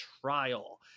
trial